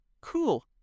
cool